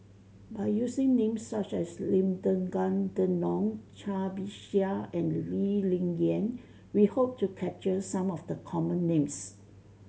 by using names such as Lim Denan Denon Cai Bixia and Lee Ling Yen we hope to capture some of the common names